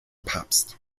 papst